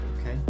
Okay